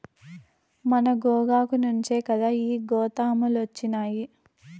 మన గోగాకు నుంచే కదా ఈ గోతాములొచ్చినాయి